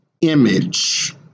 image